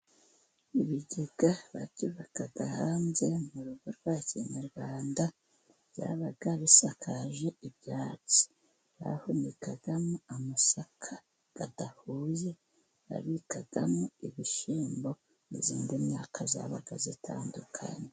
Ibigega babyubakaga hanze mu rugo rwa kinyarwanda, byabaga bisakaje ibyatsi, bahunikagamo amasaka adahuye, babikagamo ibishyimbo n'indi myaka yabaga itandukanye.